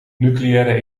nucleaire